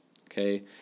okay